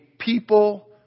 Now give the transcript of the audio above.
People